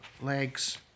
legs